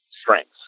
strengths